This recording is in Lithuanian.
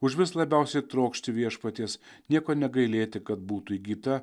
užvis labiausiai trokšti viešpaties nieko negailėti kad būtų įgyta